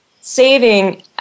saving